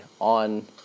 on